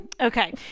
okay